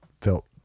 felt